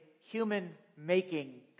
human-making